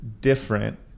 different